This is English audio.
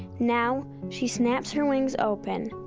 now she snaps her wings open,